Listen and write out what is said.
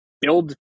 build